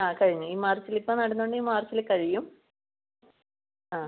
ആ കഴിഞ്ഞു ഈ മാർച്ചിൽ ഇപ്പോൾ നടന്നത് കൊണ്ട് ഈ മാർച്ചിൽ കഴിയും ആ